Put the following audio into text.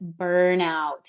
burnout